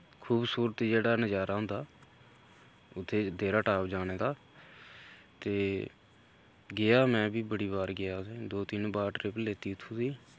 खूबसूरत जेह्ड़ा नजारा होंदा उत्थै देह्ऱा टाप जाने दा ते गेआ में बी बड़ी बार गेआ दो तिन्न बार ट्रिप लैती उत्थूं दी